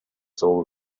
soul